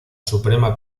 suprema